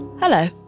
hello